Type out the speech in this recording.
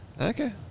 Okay